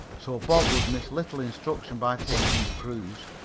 so bob would miss little instruction by taking the cruise.